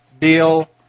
deal